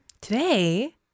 today